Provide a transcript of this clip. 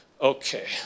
Okay